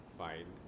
fine